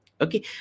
Okay